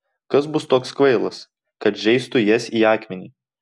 kas bus toks kvailas kad žeistų jas į akmenį